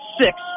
six